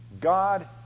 God